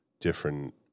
different